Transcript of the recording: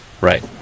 Right